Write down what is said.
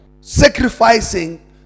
Sacrificing